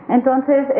Entonces